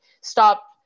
stop